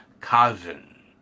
Kazan